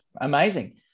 Amazing